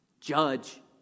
judge